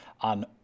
on